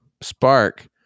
spark